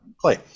play